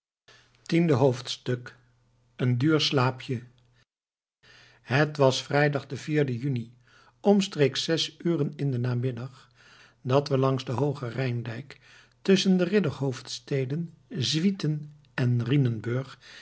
tiende hoofdstuk een duur slaapje het was vrijdag den vierden juni omstreeks zes uur in den namiddag dat we langs den hoogen rijndijk tusschen de ridderhofsteden swieten en